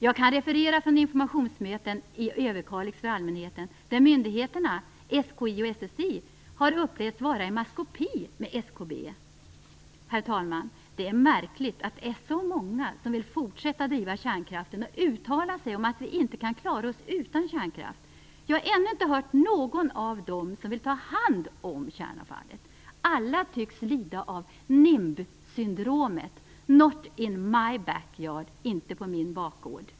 Jag kan referera från informationsmöten i Överkalix för allmänheten, där myndigheterna SKI och SSI har upplevts vara i maskopi med SKB. Herr talman! Det är märkligt att det är så många som vill fortsätta att driva kärnkraften och uttalar sig om att vi inte kan klara oss utan kärnkraft. Jag har ännu inte hört någon av dem som vill ta hand om kärnavfallet. Alla tycks lida av syndromet NIMB, not in my backyard, dvs. inte på min bakgård.